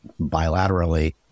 bilaterally